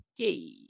okay